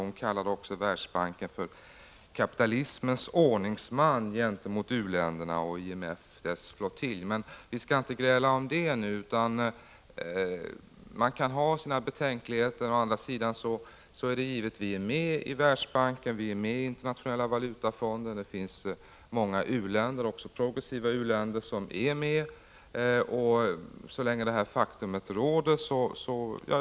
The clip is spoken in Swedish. Hon kallar Världsbanken för kapitalismens ordningsman gentemot u-länderna och IMF för dess flottilj. Men vi skall inte gräla om det —- man kan ha sina betänkligheter. Å andra sidan är det givet att vi är med i Världsbanken och Internationella valutafonden. Det finns också många progressiva u-länder som är med.